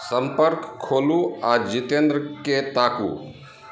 संपर्क खोलू आ जितेन्द्रके ताकू